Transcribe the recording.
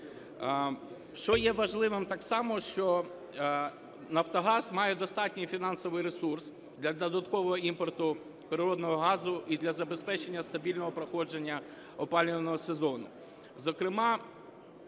Що є важливим так само, що "Нафтогаз" має достатній фінансовий ресурс для додаткового імпорту природного газу і для забезпечення стабільного проходження опалювального сезону,